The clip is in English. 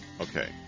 Okay